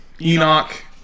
Enoch